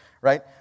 Right